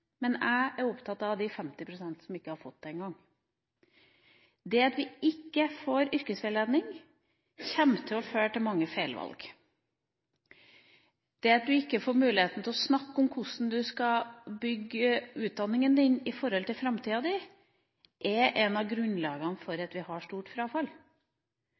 men jeg er opptatt av de 50 pst. som ikke har fått det engang. Det at man ikke får yrkesveiledning, kommer til å føre til mange feilvalg. Det at man ikke får muligheten til å snakke om hvordan man skal bygge utdanninga si i forhold til framtida, er noe av grunnlaget for at vi har stort frafall.